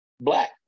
black